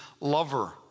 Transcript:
lover